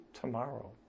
tomorrow